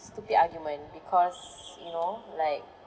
stupid argument because you know like